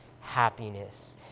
happiness